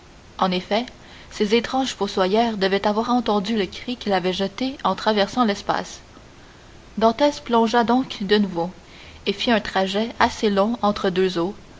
en effet ces étranges fossoyeurs devaient avoir entendu le cri qu'il avait jeté en traversant l'espace dantès plongea donc de nouveau et fit un trajet assez long entre deux eaux